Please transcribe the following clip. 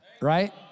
right